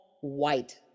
white